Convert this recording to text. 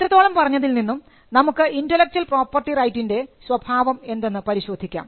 ഇത്രത്തോളം പറഞ്ഞതിൽ നിന്നും നമുക്ക് ഇന്റെലക്ച്വൽ പ്രോപ്പർട്ടി റൈറ്റിൻറെ സ്വഭാവം എന്തെന്ന് പരിശോധിക്കാം